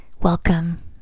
welcome